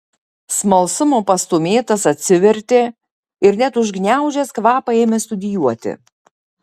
smalsumo pastūmėtas atsivertė ir net užgniaužęs kvapą ėmė studijuoti